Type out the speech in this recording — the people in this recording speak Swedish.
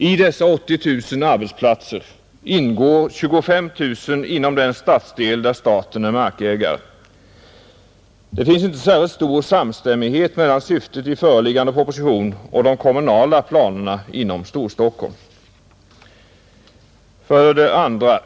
I dessa 80 000 arbetsplatser ingår 25 000 inom den stadsdel där staten är markägare, Det finns inte särskilt stor samstämmighet mellan syftet i föreliggande proposition och de kommunala planerna inom Storstockholm. 2.